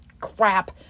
crap